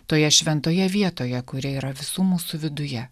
toje šventoje vietoje kuri yra visų mūsų viduje